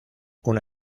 una